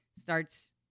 starts